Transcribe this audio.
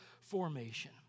formation